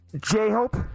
J-Hope